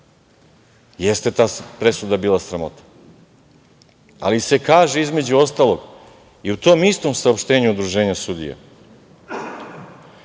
Jeste ta presuda bila sramota, ali se kaže između ostalog i u tom istom saopštenju Udruženja sudija